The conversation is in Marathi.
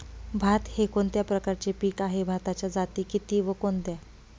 भात हे कोणत्या प्रकारचे पीक आहे? भाताच्या जाती किती व कोणत्या?